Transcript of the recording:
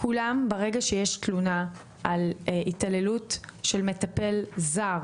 ברגע שיש תלונה על התעללות של מטפל זר